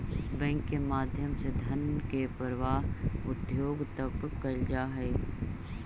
bank के माध्यम से धन के प्रवाह उद्योग तक कैल जा हइ